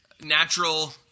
natural